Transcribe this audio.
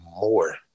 more